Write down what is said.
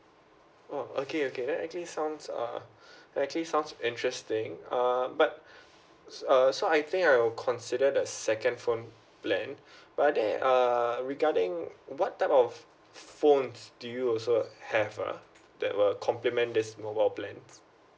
oh okay okay that actually sounds err actually sounds interesting um but s~ uh so I think I will consider the second phone plan but there err regarding what type of phone do you also have ah that will complement this mobile plan